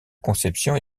conception